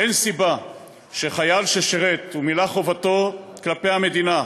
אין סיבה שחייל ששירת ומילא חובתו כלפי המדינה,